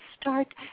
start